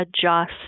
adjust